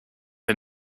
are